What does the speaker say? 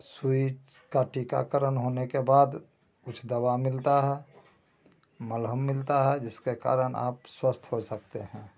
सुई का टीकाकरण होने के बाद कुछ दवा मिलती है मलहम मिलता है जिसके कारण आप स्वस्थ हो सकते हैं